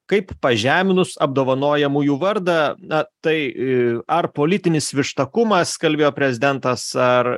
kaip pažeminus apdovanojamųjų vardą na tai ar politinis vištakumas kalbėjo prezidentas ar